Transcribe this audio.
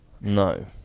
No